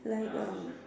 like um